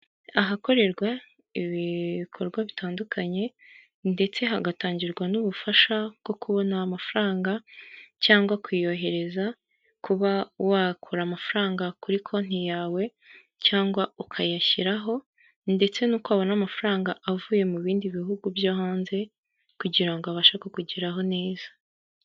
Ahakorerwa ibikorwa bitandukanye ndetse hagatangirwa n'ubufasha bwo kubona amafaranga cyangwa kuyohereza, kuba wakura amafaranga kuri konti yawe cyangwa ukayashyiraho, ndetse no kuba wabona amafaranga avuye mu bindi bihugu byo hanze, kugira ngo abashe kukugeraho neza.